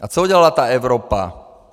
A co udělala ta Evropa?